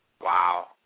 Wow